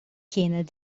kienet